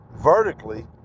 vertically